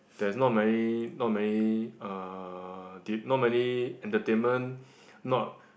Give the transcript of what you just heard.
there's not many not many uh not many entertainment not